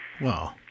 Wow